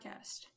Podcast